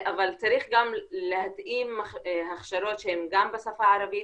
אבל צריך להתאים הכשרות שהן גם בשפה הערבית.